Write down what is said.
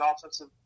Offensive